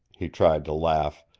he tried to laugh.